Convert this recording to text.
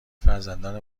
فرزندان